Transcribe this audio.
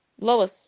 Lois